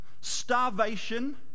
starvation